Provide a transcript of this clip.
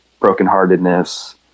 brokenheartedness